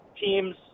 teams